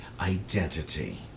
identity